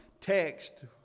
text